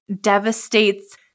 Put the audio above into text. devastates